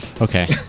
okay